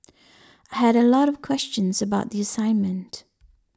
I had a lot of questions about the assignment